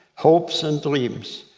hopes, and dreams,